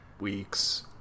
weeks